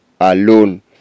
alone